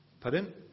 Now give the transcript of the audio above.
Pardon